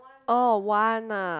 oh one ah